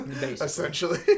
essentially